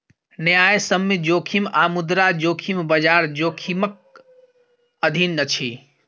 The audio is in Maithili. न्यायसम्य जोखिम आ मुद्रा जोखिम, बजार जोखिमक अधीन अछि